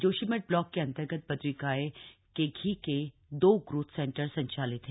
Joshimath block के अन्तर्गत बद्री गाय घी के दो ग्रोथ सेंटर संचालित हैं